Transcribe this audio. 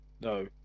no